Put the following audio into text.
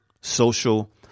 social